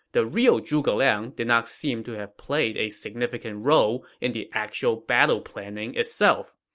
the real zhuge liang did not seem to have played a significant role in the actual battle planning itself.